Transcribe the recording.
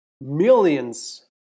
millions